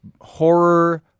horror